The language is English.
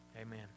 Amen